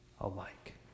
alike